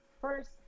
First